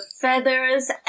feathers